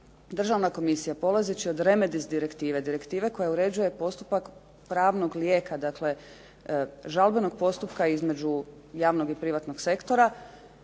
Državna komisija, polazeći od Remedies direktive, direktiva koja uređuje postupak pravnog lijeka, dakle žalbenog postupka između javnog i privatnog sektora,